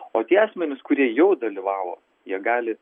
o tie asmenys kurie jau dalyvavo jie gali